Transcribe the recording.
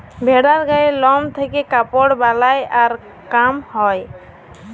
ভেড়ার গায়ের লম থেক্যে কাপড় বালাই আর কাম হ্যয়